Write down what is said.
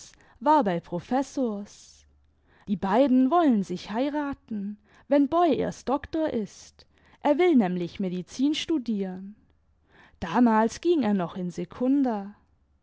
war bei professors die beiden wollen sich heiraten wenn boy erst doktor ist er will nämlich medizin studieren damals ging er noch in sekunda